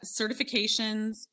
Certifications